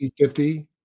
50